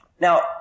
Now